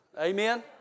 Amen